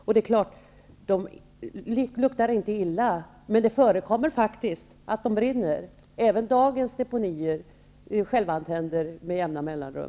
Sådana material luktar inte illa, men det förekommer faktiskt att de brinner. Även dagens deponier självantänder med jämna mellanrum.